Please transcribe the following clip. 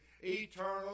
eternal